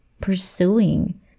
pursuing